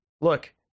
look